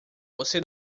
você